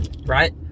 right